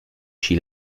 ski